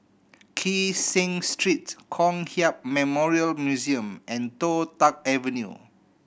Kee Seng Street Kong Hiap Memorial Museum and Toh Tuck Avenue